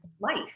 life